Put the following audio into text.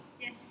Yes